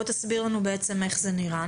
תסביר לנו איך זה נראה.